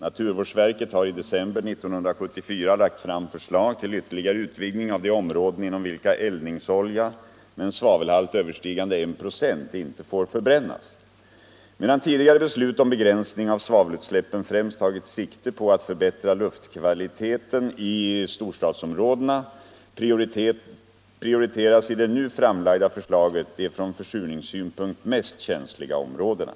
Naturvårdsverket har i december 1974 lagt fram förslag till ytterligare utvidgning av de områden inom vilka eldningsolja med en svavelhalt överstigande en procent inte får förbrännas. Medan tidigare beslut om begränsning av svavelutsläppen främst tagit sikte på att förbättra luftkvaliteten i storstadsområdena prio Nr 90 Ers i det nu framlagda förslaget de från försurningssynpunkt mest Måndagen den känsliga områdena.